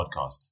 Podcast